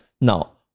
Now